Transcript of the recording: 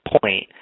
point